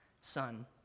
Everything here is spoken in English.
son